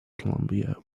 columbia